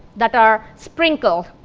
that are sprinkled,